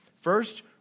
First